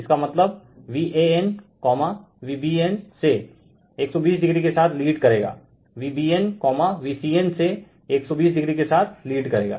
इसका मतलब VanVbnसे 120o के साथ लीड करेगाVbnVcnसे 120o के साथ लीड करेगा